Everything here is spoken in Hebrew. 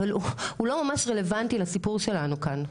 אבל הוא לא ממש רלוונטי לסיפור שלנו כאן,